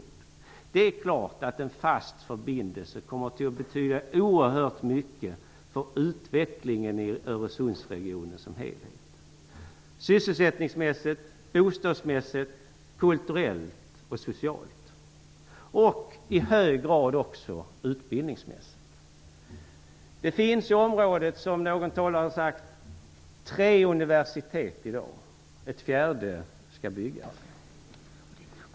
Det är klart att en fast förbindelse kommer att betyda oerhört mycket för utvecklingen i Öresundsregionen som helhet, sysselsättningsmässigt, bostadsmässigt, kulturellt, socialt och i hög grad också utbildningsmässigt. Det finns i området, som någon talare har sagt, i dag tre universitet, och ett fjärde skall byggas.